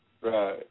Right